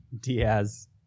Diaz